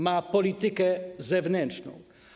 Ma politykę zewnętrzną.